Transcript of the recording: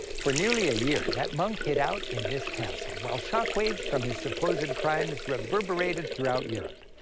for nearly a year, that monk hid out in this castle while shock waves from his supposed crimes reverberated throughout europe.